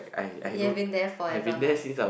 you've been there forever